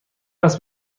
است